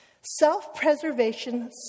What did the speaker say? self-preservation